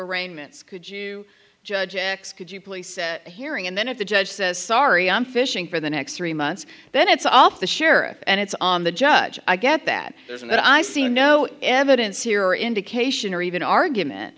arraignments could you judge x could you please set a hearing and then if the judge says sorry i'm fishing for the next three months then it's off the sheriff and it's on the judge i get that there's and i see no evidence here indication or even argument